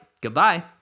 Goodbye